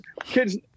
Kids